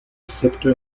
excepto